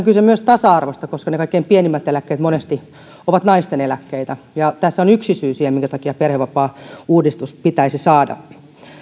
kyse myös tasa arvosta koska ne kaikkein pienimmät eläkkeet monesti ovat naisten eläkkeitä ja tässä on yksi syy siihen minkä takia perhevapaauudistus pitäisi saada